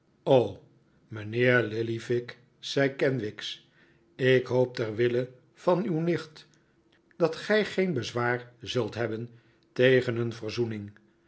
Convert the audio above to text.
mijnheer lillyvick zei kenwigs ik hoop ter wille van uw nicht dat gij geen bezwaar zult hebben tegen een verzoening